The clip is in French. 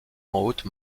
haute